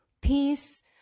peace